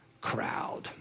crowd